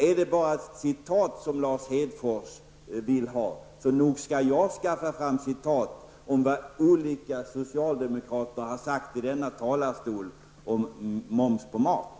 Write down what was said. Är det bara citat som Lars Hedfors vill ha, så nog skall jag skaffa fram citat av vad olika socialdemokrater har uttalat om moms på mat.